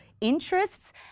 interests